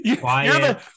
quiet